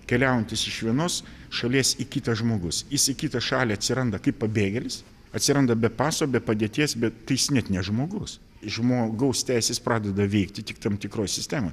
keliaujantis iš vienos šalies į kitą žmogus jis į kitą šalį atsiranda kaip pabėgėlis atsiranda be paso be padėties bet tai jis net ne žmogus žmogaus teisės pradeda veikti tik tam tikroj sistemoj